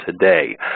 today